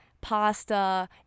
pasta